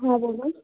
হ্যাঁ বলুন